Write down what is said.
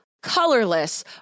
colorless